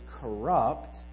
corrupt